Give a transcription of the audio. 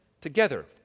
together